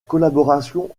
collaboration